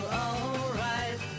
alright